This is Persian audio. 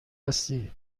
هستی